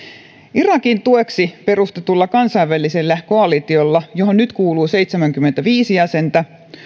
irakin tueksi perustetulla kansainvälisellä koalitiolla johon nyt kuuluu seitsemänkymmentäviisi jäsentä